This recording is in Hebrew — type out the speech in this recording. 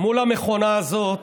מול המכונה הזאת